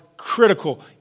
Critical